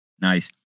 Nice